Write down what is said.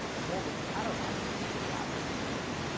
the whole of paradise is a theatrical performance,